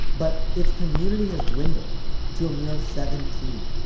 but its community has dwindled to a mere seventeen.